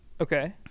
Okay